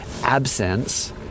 absence